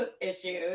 issues